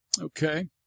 Okay